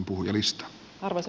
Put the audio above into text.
arvoisa puhemies